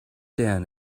down